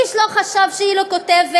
איש לא חשד שהיא לא כותבת,